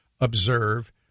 observe